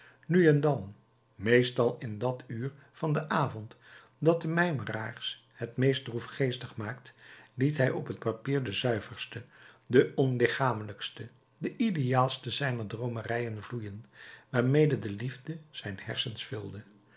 nu en dan meestal in dat uur van den avond dat de mijmeraars het meest droefgeestig maakt liet hij op het papier de zuiverste de onlichamelijkste de ideaalste zijner droomerijen vloeien waarmede de liefde zijn hersens vulde